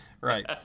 Right